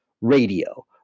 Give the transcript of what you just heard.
radio